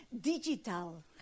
Digital